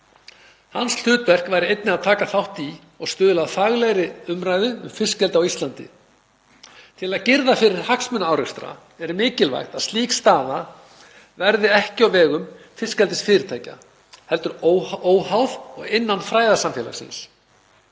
Hans hlutverk væri einnig að taka þátt í og stuðla að faglegri umræðu um fiskeldi á Íslandi. Til að girða fyrir hagsmunaárekstra er mikilvægt að slík staða verði ekki á vegum fiskeldisfyrirtækja, heldur óháð og innan fræðasamfélagsins.